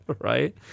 Right